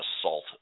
assault